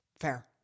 Fair